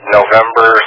November